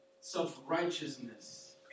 Self-righteousness